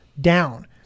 down